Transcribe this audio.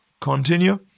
Continue